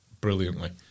brilliantly